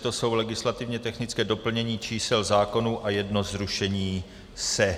To jsou legislativně technická doplnění čísel zákonů a jedno zrušení se.